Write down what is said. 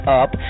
up